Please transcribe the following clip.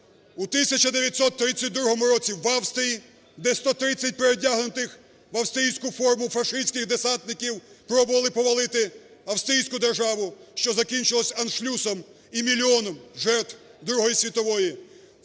У 1932 році, в Австрії, де 130 переодягнених в австрійську форму фашистських десантників пробували повалити австрійську державу, що закінчилось аншлюсом і мільйоном жертв Другої світової;